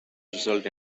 results